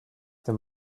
them